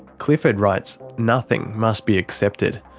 clifford writes, nothing must be accepted.